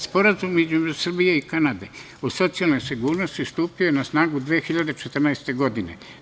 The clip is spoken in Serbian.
Sporazum između Srbije i Kanade o socijalnoj sigurnosti stupio je na snagu 2014. godine.